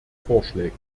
vorschläge